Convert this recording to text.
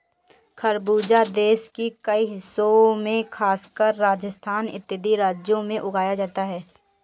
खरबूजा देश के कई हिस्सों में खासकर राजस्थान इत्यादि राज्यों में उगाया जाता है